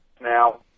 now